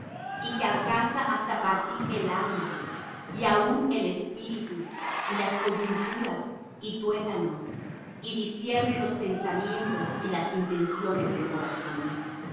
y que alcanza hasta partir el alma y aun el espíritu y las coyunturas y tuétanos y discierne los pensamientos y las intenciones del corazón